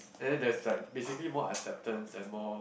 and then there's like basically more acceptance and more